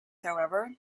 however